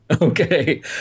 Okay